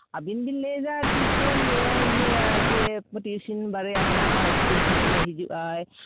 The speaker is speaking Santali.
ᱟᱹᱵᱤᱱ ᱵᱤᱱ ᱞᱟᱹᱭᱫᱟ ᱴᱷᱤᱠᱟᱹᱱ ᱜᱮ ᱤᱭᱟᱹ ᱡᱮ ᱴᱤᱭᱩᱥᱚᱱ ᱵᱟᱨᱭᱟ ᱢᱮᱱᱟᱜᱼᱟ ᱤᱥᱠᱩᱞ ᱴᱷᱤᱠ ᱨᱮ ᱦᱤᱡᱩᱜ ᱟᱭ